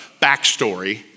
backstory